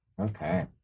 Okay